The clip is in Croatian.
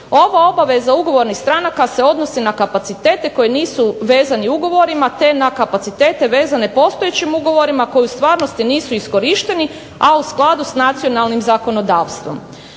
Ova obaveza ugovornih stranaka se odnosi na kapacitete koji nisu vezani ugovorima te na kapacitete vezane postojećim ugovorima koji u stvarnosti nisu iskorišteni, a u skladu s nacionalnim zakonodavstvom.